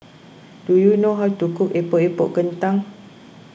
do you know how to cook Epok Epok Kentang